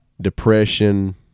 depression